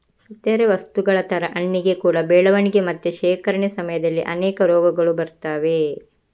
ಇತರೇ ವಸ್ತುಗಳ ತರ ಹಣ್ಣಿಗೆ ಕೂಡಾ ಬೆಳವಣಿಗೆ ಮತ್ತೆ ಶೇಖರಣೆ ಸಮಯದಲ್ಲಿ ಅನೇಕ ರೋಗಗಳು ಬರ್ತವೆ